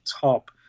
top